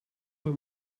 him